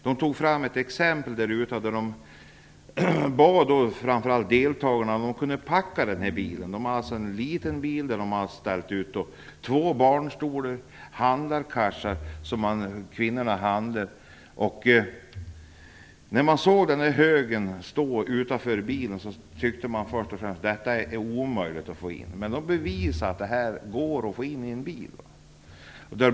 De gjorde ett experiment där ute där de bad framför allt deltagarna att packa en sådan bil. Det var en liten bil de hade ställt ut med två barnstolar och kassar med sådant som kvinnorna handlar. När man såg den högen stå utanför bilen tyckte man först och främst: Detta är omöjligt att få in. Men de bevisade att det gick att få in i en bil.